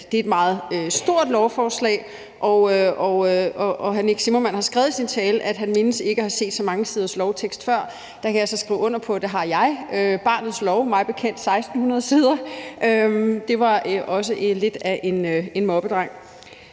det er et meget stort lovforslag, og hr. Nick Zimmermann har skrevet i sin tale, at han ikke mindes at have set så mange siders lovtekst før. Det kan jeg så skrive under på at jeg har – barnets lov var mig bekendt på 1.600 sider, så det var også lidt af en moppedreng.